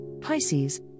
Pisces